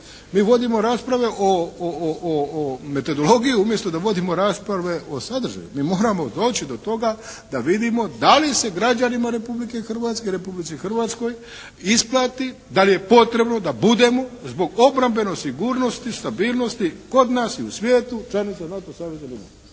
Mi vodimo rasprave o metodologiji umjesto da vodimo rasprave o sadržaju. Mi moramo doći do toga da li se građanima Republike Hrvatske, Republici Hrvatskoj isplati, da li je potrebno da budemo zbog obrambene sigurnosti, stabilnosti kod nas i u svijetu članice NATO saveza ili ne.